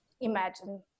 imagine